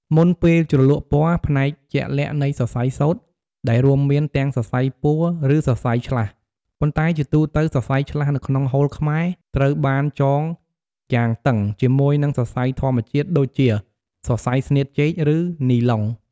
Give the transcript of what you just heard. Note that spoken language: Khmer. មុនពេលជ្រលក់ពណ៌ ផ្នែកជាក់លាក់នៃសរសៃសូត្រ ដែលរួមមានទាំងសរសៃពួរ ឬសរសៃឆ្លាស់ ប៉ុន្តែជាទូទៅសរសៃឆ្លាស់នៅក្នុងហូលខ្មែរ ត្រូវបាន ចងយ៉ាងតឹង ជាមួយនឹងសរសៃធម្មជាតិដូចជាសរសៃស្នៀតចេក ឬនីឡុង។